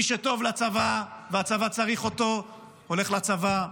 מי שטוב לצבא והצבא צריך אותו הולך לצבא,